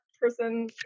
person